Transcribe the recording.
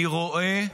אני רואה,